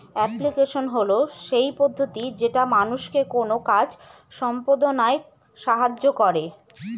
application হল সেই পদ্ধতি যেটা মানুষকে কোনো কাজ সম্পদনায় সাহায্য করে